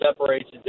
separates